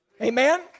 Amen